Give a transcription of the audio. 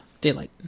Daylight